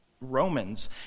Romans